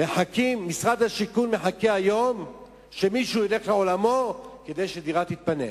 ומשרד השיכון מחכה שמישהו ילך לעולמו כדי שדירה תתפנה.